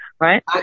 Right